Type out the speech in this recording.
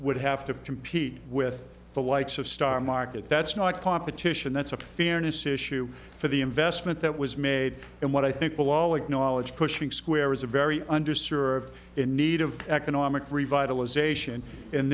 would have to compete with the likes of star market that's not competition that's a fairness issue for the investment that was made and what i think we'll all acknowledge pushing square is a very under served in need of economic revitalization